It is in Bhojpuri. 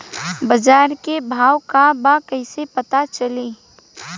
बाजार के भाव का बा कईसे पता चली?